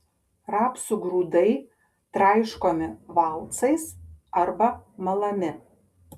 rapsų grūdai traiškomi valcais arba malami